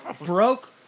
broke